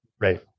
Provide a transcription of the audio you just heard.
Right